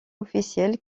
officiel